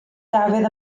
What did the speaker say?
dafydd